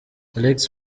alex